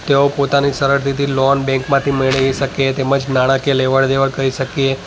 તેઓ પોતાની સરળતીથી લોન બૅંકમાંથી મેળવી શકે તેમજ નાણાકીય લેવડ દેવડ કરી શકીએ